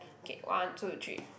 okay one two three